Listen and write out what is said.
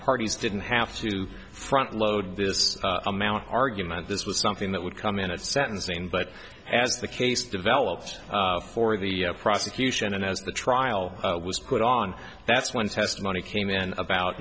parties didn't have to front load this amount argument this was something that would come in at sentencing but as the case developed for the prosecution and as the trial was put on that's when testimony came in about